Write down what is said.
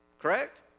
Correct